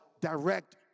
direct